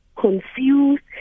confused